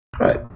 Right